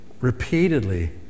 repeatedly